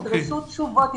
תדרשו תשובות.